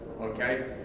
okay